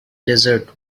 desert